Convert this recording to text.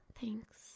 Thanks